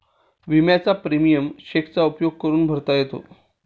विम्याचा प्रीमियम चेकचा उपयोग करून भरता येतो